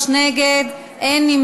התוצאות הן: 31 בעד, 43 נגד, אין נמנעים.